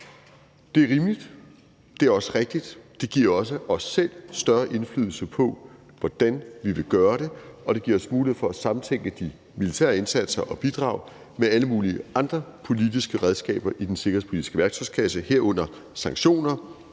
Det er rimeligt, og det er også rigtigt. Det giver også os selv større indflydelse på, hvordan vi vil gøre det, og det giver os mulighed for at samtænke de militære indsatser og bidrag med alle mulige andre politiske redskaber i den sikkerhedspolitiske værktøjskasse, herunder sanktioner,